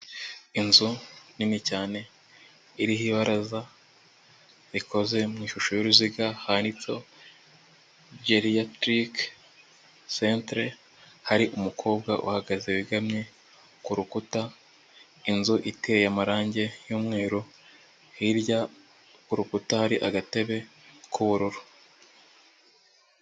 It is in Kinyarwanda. Inzu nini cyane iriho ibaraza rikoze mu ishusho y'uruziga handitseho “Geriatric Centre” hari umukobwa uhagaze wegamye ku rukuta, inzu iteye amarangi y'umweru hirya ku rukuta hari agatebe k'ubururu.